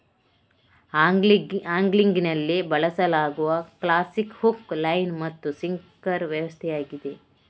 ಆಂಗ್ಲಿಂಗಿನಲ್ಲಿ ಬಳಸಲಾಗುವ classic hook, line ಮತ್ತು sinker ವ್ಯವಸ್ಥೆಯಾಗಿದೆ